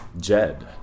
Jed